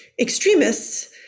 extremists